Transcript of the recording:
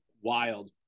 Wild